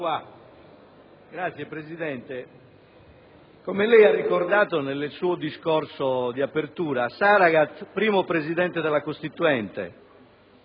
Signor Presidente, come lei ha ricordato nel suo discorso di apertura, Saragat fu il primo Presidente della Costituente.